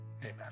amen